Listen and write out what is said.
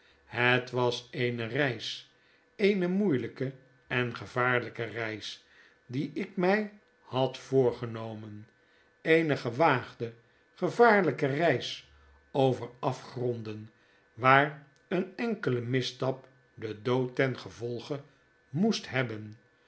het was eene reis eene moeieiijke en gevaarlijke reis die ik mij had voorgenomen eene gewaagde gevaarlijke reis over afgronden waar een enkele misstap den dood ten gevolge moest hebben